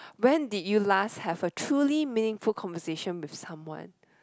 when did you last have a truly meaningful conversation with someone